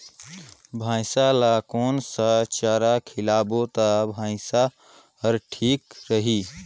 भैसा ला कोन सा चारा खिलाबो ता भैंसा हर ठीक रही?